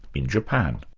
in japan